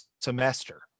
semester